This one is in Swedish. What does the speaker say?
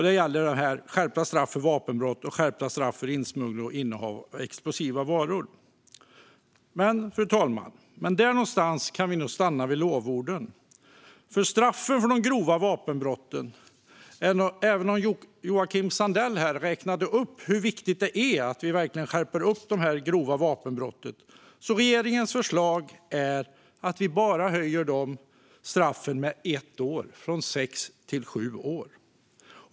Det gäller alltså skärpta straff för vapenbrott och skärpta straff för insmuggling och innehav av explosiva varor. Men där någonstans kan vi nog stanna med lovorden, för även om Joakim Sandell lyfte upp hur viktigt det är att vi verkligen skärper straffen för de grova vapenbrotten är regeringens förslag att vi höjer dem med bara ett år, från sex år till sju år.